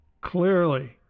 clearly